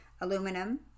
aluminum